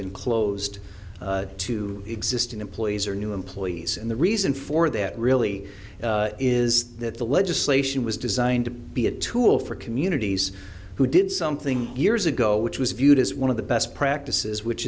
been closed to existing these are new employees and the reason for that really is that the legislation was designed to be a tool for communities who did something years ago which was viewed as one of the best practices which